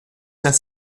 cinq